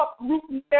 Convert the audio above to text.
uprooting